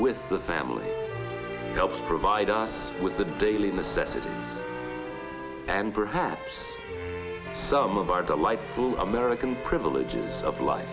with the family helps provide us with the daily necessities and perhaps some of our delightful american privileges